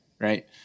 Right